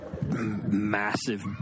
massive